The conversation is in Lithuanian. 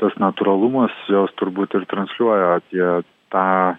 tas natūralumas jos turbūt ir transliuoja apie tą